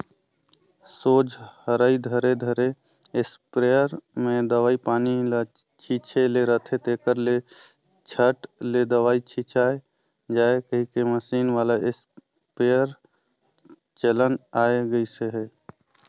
सोझ हरई धरे धरे इस्पेयर मे दवई पानी ल छीचे ले रहथे, तेकर ले झट ले दवई छिचाए जाए कहिके मसीन वाला इस्पेयर चलन आए गइस अहे